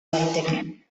daiteke